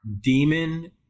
Demon